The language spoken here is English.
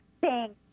thanks